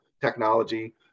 technology